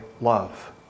love